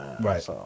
right